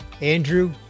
Andrew